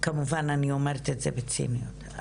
כמובן אני אומרת את זה בציניות.